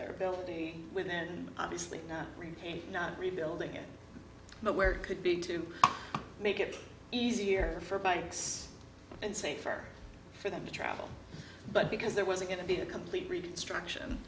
their ability with an obviously repaint not rebuilding it but where it could be to make it easier for bikes and safer for them to travel but because there was a going to be a complete reconstruction